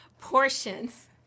portions